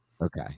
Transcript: Okay